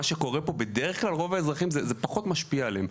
מה שקורה פה בדרך כלל רוב האזרחים זה פחות משפיע עליהם.